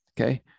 okay